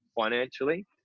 financially